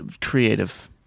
creative